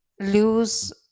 lose